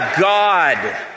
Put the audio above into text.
God